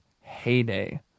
heyday